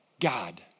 God